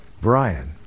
Brian